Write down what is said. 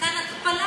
מתקן התפלה